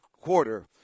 quarter